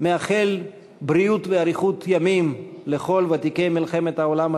מאחל בריאות ואריכות ימים לכל ותיקי מלחמת העולם השנייה,